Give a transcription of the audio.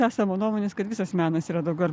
esama nuomonės kad visas menas yra daugiau ar